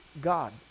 God